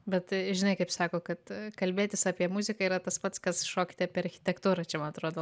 bet žinai kaip sako kad kalbėtis apie muziką yra tas pats kas šokti apie architektūrą čia man atrodo